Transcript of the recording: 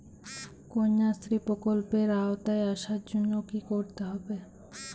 কন্যাশ্রী প্রকল্পের আওতায় আসার জন্য কী করতে হবে?